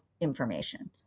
information